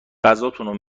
غذاتون